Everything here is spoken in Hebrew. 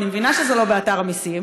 אני מבינה שזה לא באתר רשות המסים,